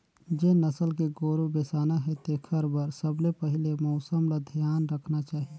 जेन नसल के गोरु बेसाना हे तेखर बर सबले पहिले मउसम ल धियान रखना चाही